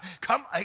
come